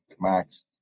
Max